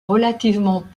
relativement